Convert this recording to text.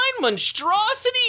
monstrosity